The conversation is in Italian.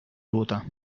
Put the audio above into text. ruota